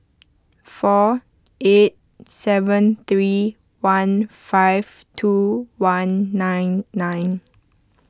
four eight seven three one five two one nine nine